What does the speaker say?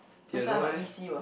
Theodore eh